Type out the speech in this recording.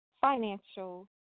financial